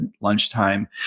lunchtime